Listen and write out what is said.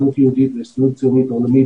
הסוכנות היהודית וההסתדרות הציונית העולמית,